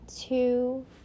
two